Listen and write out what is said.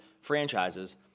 franchises